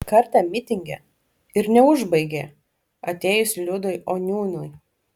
kartą mitinge ir neužbaigė atėjus liudui oniūnui